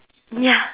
ya